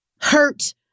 hurt